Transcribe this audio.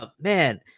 man